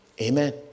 Amen